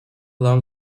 long